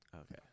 Okay